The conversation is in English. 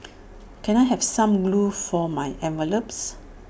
can I have some glue for my envelopes